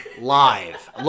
live